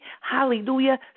hallelujah